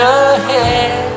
ahead